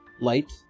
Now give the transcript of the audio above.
light